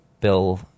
bill